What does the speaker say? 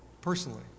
personally